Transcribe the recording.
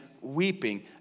weeping